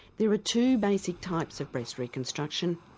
there are two basic types of breast reconstruction,